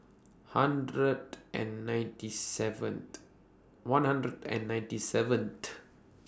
hundred and ninety seventh one hundred and ninety seventh